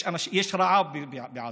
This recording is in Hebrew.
יש רעב בעזה.